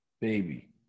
baby